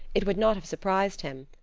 it would not have surprised him,